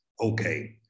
okay